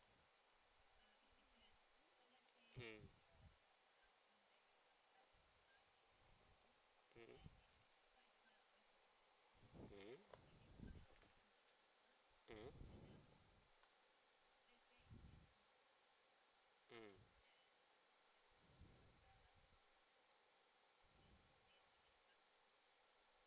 mm mmhmm mmhmm mmhmm mmhmm